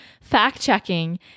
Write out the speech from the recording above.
fact-checking